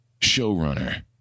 showrunner